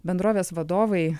bendrovės vadovai